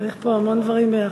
צריך פה המון דברים ביחד.